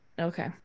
okay